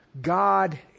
God